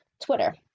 Twitter